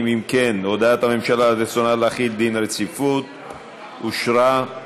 הודעת הממשלה על רצונה להחיל דין רציפות על הצעת